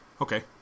okay